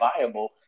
viable